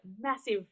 massive